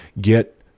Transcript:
get